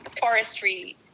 forestry